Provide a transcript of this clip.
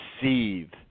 seethe